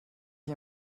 ich